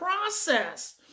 process